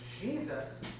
Jesus